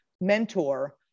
mentor